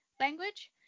language